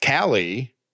Callie